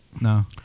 No